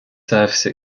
service